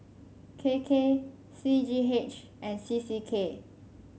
K K C G H and C C K